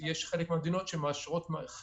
יש לנו סיווג ביטחוני לדעת מתווים.